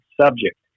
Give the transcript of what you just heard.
subject